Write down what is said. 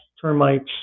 termites